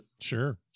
sure